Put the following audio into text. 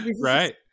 right